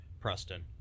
Preston